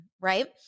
right